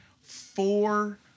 Four